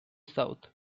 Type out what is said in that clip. south